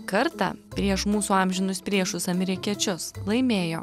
kartą prieš mūsų amžinus priešus amerikiečius laimėjo